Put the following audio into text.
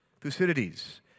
Thucydides